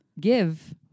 give